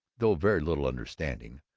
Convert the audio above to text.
though very little understanding,